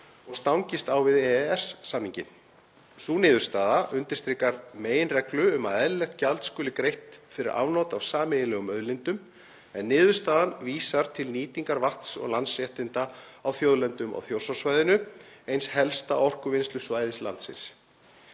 og stangist á við EES samninginn. Sú niðurstaða undirstrikar meginreglu um að eðlilegt gjald skuli greitt fyrir afnot af sameiginlegum auðlindum en niðurstaðan vísar til nýtingar vatns og landsréttinda á þjóðlendum á Þjórsársvæðinu, eins helsta orkuvinnslusvæðis landsins.